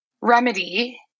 remedy